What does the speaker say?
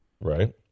Right